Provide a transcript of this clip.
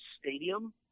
stadium